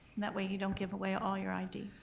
that way you don't give away all your id.